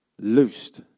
Loosed